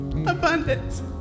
abundance